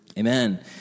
Amen